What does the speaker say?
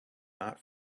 not